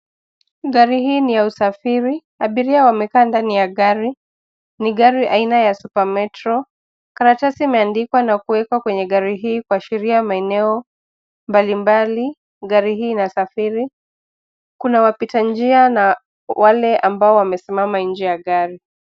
Gari hii ni ya usafiri. Abiria wamekaa ndani ya gari. Ni gari aina ya super metro. Karatasi imeandikwa na kuwekwa kwenye gari hii kuashiria maeneo mbalimbali, gari hii inasafiri. Kuna wapita njia na wale ambao wamesimama nje ya gari.